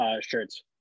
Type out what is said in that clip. shirts